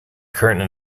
curtain